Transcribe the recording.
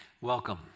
Welcome